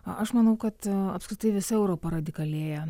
aš manau kad apskritai visa europa radikalėja